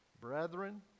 Brethren